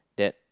that